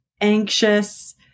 anxious